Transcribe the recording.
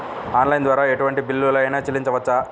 Online ద్వారా ఎటువంటి bill అయినా చెల్లించవచ్చా?